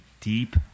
deep